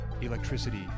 electricity